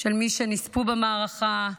של מי שנספו במערכה,